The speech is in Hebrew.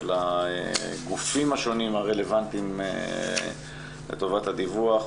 של הגופים השונים הרלוונטיים לטובת הדיווח.